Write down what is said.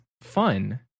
fun